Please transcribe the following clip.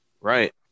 right